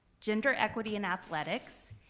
gender equity in athletics,